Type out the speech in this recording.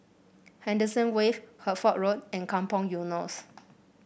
Henderson Wave Hertford Road and Kampong Eunos